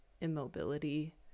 immobility